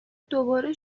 دوباره